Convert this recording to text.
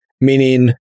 meaning